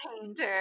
painter